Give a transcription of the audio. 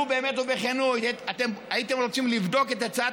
לו באמת ובכנות הייתם רוצים לבדוק את הצעת